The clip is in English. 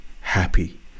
happy